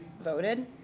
voted